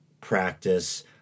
practice